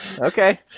Okay